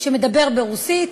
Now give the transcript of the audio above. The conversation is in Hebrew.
שמדבר רוסית,